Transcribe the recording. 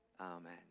Amen